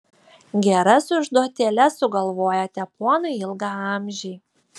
geras užduotėles sugalvojate ponai ilgaamžiai